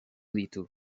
ditu